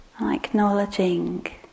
acknowledging